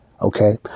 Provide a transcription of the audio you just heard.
Okay